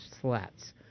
slats